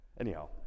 Anyhow